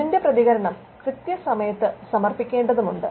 അതിന്റെ പ്രതികരണം കൃത്യസമയത്ത് സമർപ്പിക്കേണ്ടതുമുണ്ട്